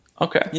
Okay